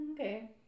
okay